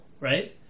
right